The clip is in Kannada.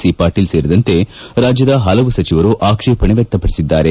ಸಿ ಪಾಟೀಲ್ ಸೇರಿದಂತೆ ರಾಜ್ಯದ ಹಲವು ಸಚಿವರು ಆಕ್ಷೇಪಣೆ ವ್ಯಕ್ತಪಡಿಸಿದ್ದಾರೆ